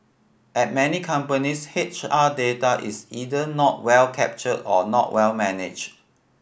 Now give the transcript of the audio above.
at many companies H R data is either not well captured or not well managed